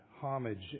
homage